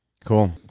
Cool